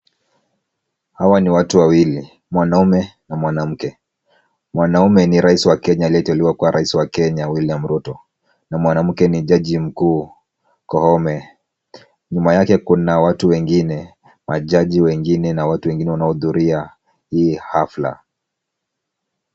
Hawa ni watu wawili, mwanaume na mwanamke. Mwanaume ni rais wa Kenya, aliyeteuliwa kuwa rais wa Kenya William Ruto, na mwanamke ni jaji mkuu Koome. Nyuma yake kuna watu wengine, majaji wengine na watu wengine wanaohudhuria hii hafla.